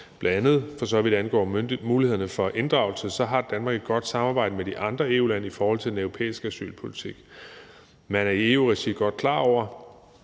bl.a. for så vidt angår mulighederne for inddragelse – har Danmark et godt samarbejde med de andre EU-lande i forhold til den europæiske asylpolitik. Man er i EU-regi godt klar over,